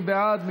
מי בעד?